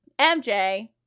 MJ